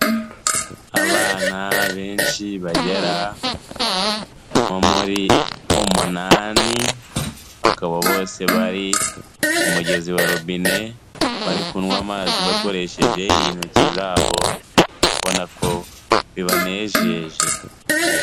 Abana benshi bagera nko muri umunani, bakaba bose bari ku mugezi wa robine, bari kunywa amazi bakoresheje intoki zabo ubona ko bibanejeje.